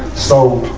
so,